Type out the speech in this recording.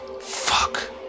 Fuck